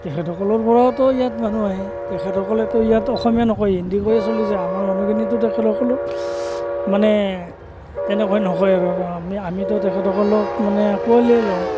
তেখেতেসকলৰ পৰাওটো ইয়াত মানুহ আহে তেখেতেসকলেটো ইয়াত অসমীয়া নকয় হিন্দী কৈয়ে চলি যায় আমাৰ মানুহখিনিটো তেখেতসকলক মানে তেনেকৈ নকয় আৰু আমিটো তেখেতসকলক মানে আকোৱালিয়ে লওঁ